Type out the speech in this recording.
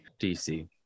dc